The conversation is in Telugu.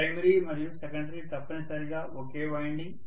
ప్రైమరీ మరియు సెకండరీ తప్పనిసరిగా ఒకే వైండింగ్